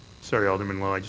sorry, alderman lowe,